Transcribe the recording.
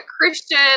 Christian